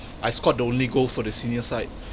I scored the only goal for the senior side